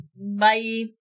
Bye